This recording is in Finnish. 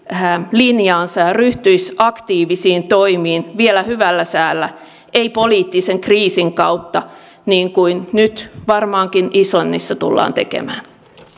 linjaansa ja ryhtyisi aktiivisiin toimiin vielä hyvällä säällä ei poliittisen kriisin kautta niin kuin nyt varmaankin islannissa tullaan tekemään